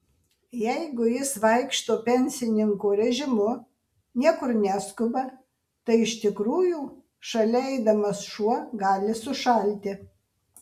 jeigu jis vaikšto pensininko režimu niekur neskuba tai iš tikrųjų šalia eidamas šuo gali sušalti